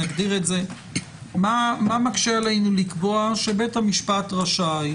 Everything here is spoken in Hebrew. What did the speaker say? מה מקשה עלינו לקבוע שבית המשפט רשאי